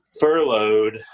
furloughed